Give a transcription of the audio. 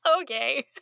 Okay